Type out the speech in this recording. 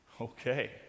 Okay